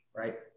Right